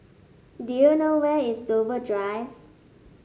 do you know where is Dover Drive